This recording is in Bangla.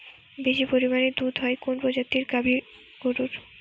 বেশি পরিমানে দুধ হয় কোন প্রজাতির গাভি গরুর?